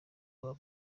waba